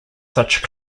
such